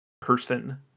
person